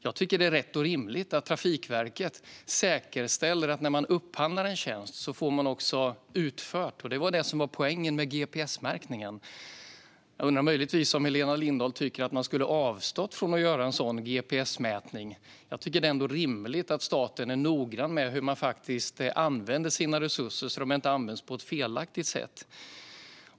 Jag tycker att det är rätt och rimligt att Trafikverket när de upphandlar en tjänst säkerställer att de också får den utförd. Det var det som var poängen med gps-märkningen. Jag undrar möjligtvis om Helena Lindahl tycker att man skulle ha avstått från att göra en sådan gps-märkning. Jag tycker att det är rimligt att staten är noggrann med hur man använder sina resurser, så att de inte används på ett felaktigt sätt.